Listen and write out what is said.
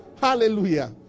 Hallelujah